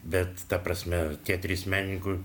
bet ta prasme tie trys menininkų